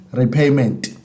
repayment